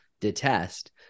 detest